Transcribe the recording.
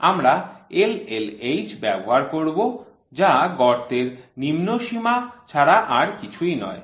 আমরা LLH ব্যবহার করব যা গর্তের নিম্ন সীমা ছাড়া আর কিছুই নয়